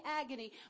agony